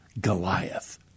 Goliath